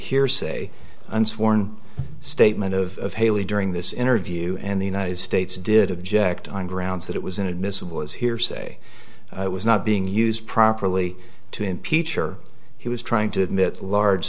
hearsay and sworn statement of haley during this interview and the united states did object on grounds that it was inadmissible as hearsay it was not being used properly to impeach or he was trying to admit large